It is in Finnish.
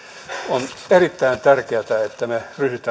on erittäin tärkeätä että me ryhdymme